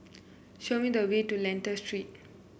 show me the way to Lentor Street